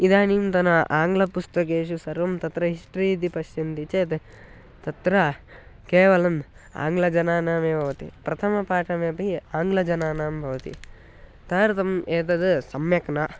इदानीन्तन आङ्ग्लपुस्तकेषु सर्वं तत्र हिस्ट्री इति पश्यन्ति चेत् तत्र केवलम् आङ्ग्लजनानामेव भवति प्रथमपाठमपि आङ्ग्लजनानां भवति तदर्थम् एतत् सम्यक् न